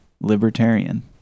libertarian